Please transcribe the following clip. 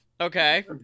okay